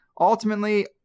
ultimately